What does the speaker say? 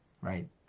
right